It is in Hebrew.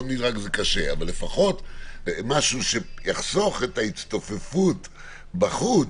אבל לפחות משהו שיחסוך את ההצטופפות בחוץ,